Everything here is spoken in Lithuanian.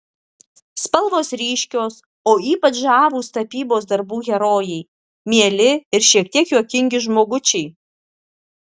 spalvos ryškios o ypač žavūs tapybos darbų herojai mieli ir šiek tiek juokingi žmogučiai